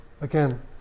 again